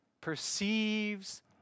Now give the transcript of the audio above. perceives